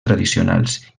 tradicionals